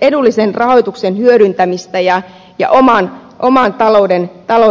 edullisen rahoituksen hyödyntämistä ja oman talouden alamäkeä